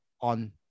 on